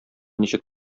ничек